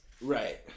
Right